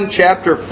chapter